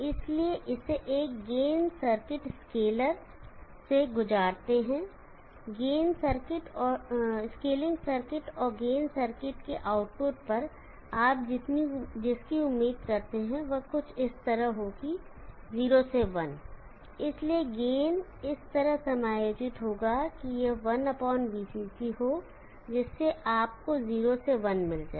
इसलिए इसे एक गेन सर्किट स्केलर से गुजारते हैं स्केलिंग सर्किट और गेन सर्किट के आउटपुट पर आप जिसकी उम्मीद करते हैं वह कुछ इस तरह होगी 0 से 1 इसलिए गेन इस तरह समायोजित होगा कि यह 1 VCC हो जिससे आपको 0 से 1 मिल जाए